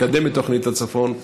מקדם את תוכנית הצפון,